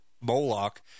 Moloch